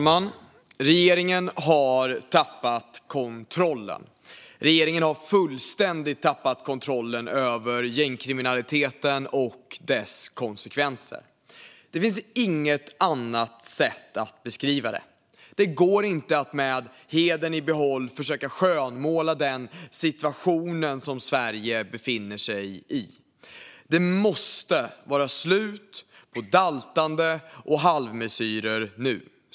Herr talman! Regeringen har fullständigt tappat kontrollen över gängkriminaliteten och dess konsekvenser. Det finns inget annat sätt att beskriva det. Det går inte att med hedern i behåll försöka skönmåla den situation som Sverige befinner sig i. Det måste vara slut på daltande och halvmesyrer nu.